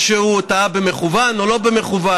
או שהוא טעה במכוון או שלא במכוון.